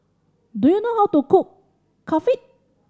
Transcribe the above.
do you know how to cook Kulfi